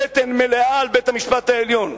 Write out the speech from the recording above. בטן מלאה על בית-המשפט העליון,